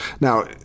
Now